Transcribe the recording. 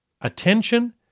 Attention